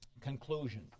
Conclusion